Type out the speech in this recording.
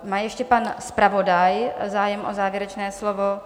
Má ještě pan zpravodaj zájem o závěrečné slovo?